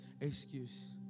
Excuse